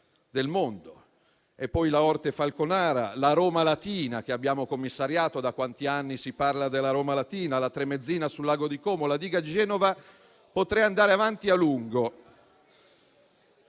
del mondo. Ricordo poi la Orte-Falconara, la Roma-Latina, che abbiamo commissariato (da quanti anni si parla della Roma-Latina?), la variante della Tremezzina sul lago di Como, la diga di Genova; e potrei andare avanti a lungo.